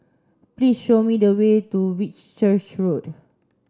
please show me the way to Whitchurch Road